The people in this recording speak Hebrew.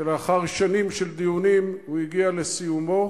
שלאחר שנים של דיונים הוא הגיע לסיומו,